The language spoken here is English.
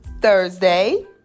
Thursday